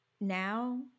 Now